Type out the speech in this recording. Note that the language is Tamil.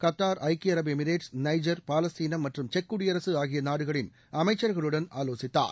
கத்தார் ஐக்கிய அரபு எமிரேட்ஸ் நைஜர் பாலஸ்தீனம் மற்றும் செக் குடியரசு ஆகிய நாடுகளின் அமைச்சர்களுடன் ஆலோசித்தார்